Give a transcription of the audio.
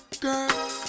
girl